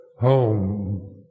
home